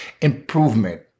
improvement